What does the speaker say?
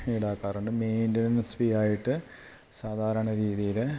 ഈടാക്കാറൊണ്ട് maintenance ഫീയായിട്ട് സാധാരണ രീതീല്